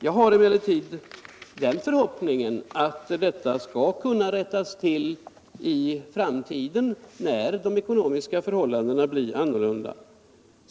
Jag har emellertid den förhoppningen att detta skall rättas till i framtiden, när de ekonomiska förhållandena blir annorlunda.